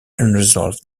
unresolved